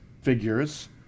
figures